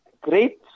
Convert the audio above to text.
great